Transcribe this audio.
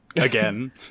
Again